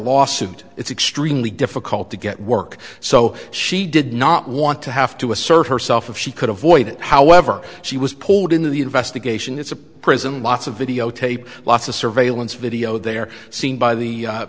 lawsuit it's extremely difficult to get work so she did not want to have to assert herself if she could avoid it however she was polled in the investigation it's a prison lots of videotape lots of surveillance video they are seen by the